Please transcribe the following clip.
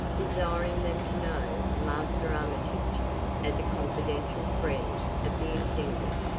desiring them to know master armitage as a confidential friend of the intendant,